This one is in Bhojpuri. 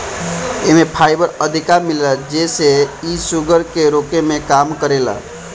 एमे फाइबर अधिका मिलेला जेसे इ शुगर के रोके में काम करेला